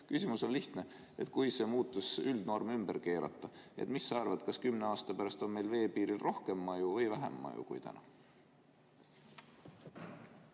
Küsimus on lihtne: kui see muutus [teha ja] üldnorm ümber keerata, mis sa arvad, kas kümne aasta pärast on meil veepiiril rohkem maju või vähem maju kui täna?